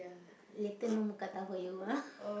later no more mookata for you ah